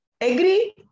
Agree